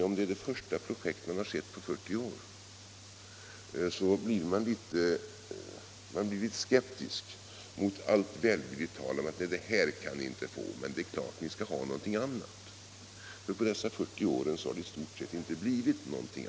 Om det är det första projekt man sett på 40 år, blir man litet skeptiskt mot allt välvilligt tal om att vi inte skall få ett visst projekt men att vi självfallet skall ha något annat i stället. På dessa 40 år har det i stort sett inte blivit något annat.